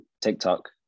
tiktok